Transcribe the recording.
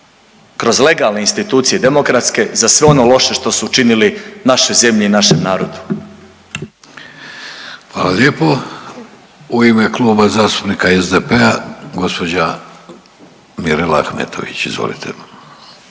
kroz legalne institucije, demokratske za sve ono loše što su učinili našoj zemlji i našem narodu. **Vidović, Davorko (Socijaldemokrati)** Hvala lijepo. U ime Kluba zastupnika SDP-a, gospođa Mirela Ahmetović, izvolite.